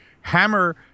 Hammer